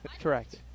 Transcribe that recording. Correct